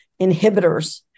inhibitors